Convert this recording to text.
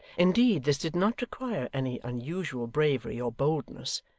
indeed this did not require any unusual bravery or boldness,